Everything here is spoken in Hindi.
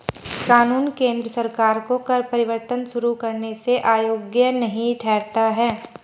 कानून केंद्र सरकार को कर परिवर्तन शुरू करने से अयोग्य नहीं ठहराता है